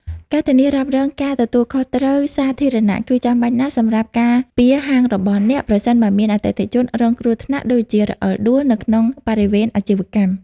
ការធានារ៉ាប់រងការទទួលខុសត្រូវសាធារណៈ គឺចាំបាច់ណាស់សម្រាប់ការពារហាងរបស់អ្នក ប្រសិនបើមានអតិថិជនរងគ្រោះថ្នាក់ (ដូចជា រអិលដួល) នៅក្នុងបរិវេណអាជីវកម្ម។